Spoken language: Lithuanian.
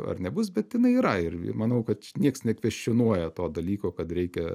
ar nebus bet jinai yra ir manau kad nieks nekvestionuoja to dalyko kad reikia